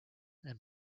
and